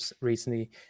recently